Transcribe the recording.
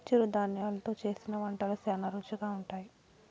చిరుధాన్యలు తో చేసిన వంటలు శ్యానా రుచిగా ఉంటాయి